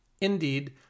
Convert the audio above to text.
Indeed